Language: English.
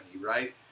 right